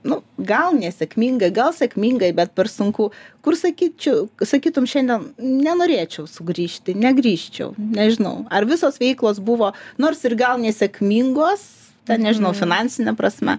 nu gal nesėkmingai gal sėkmingai bet per sunku kur sakyčiau sakytum šiandien nenorėčiau sugrįžti negrįžčiau nežinau ar visos veiklos buvo nors ir gal nesėkmingos na nežinau finansine prasme